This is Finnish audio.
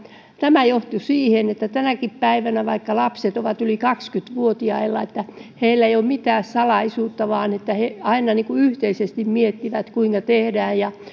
tämä johti siihen että tänäkään päivänä vaikka lapset ovat yli kaksikymmentä vuotiaita heillä ei ole mitään salaisuutta vaan he aina yhteisesti miettivät kuinka tehdään ja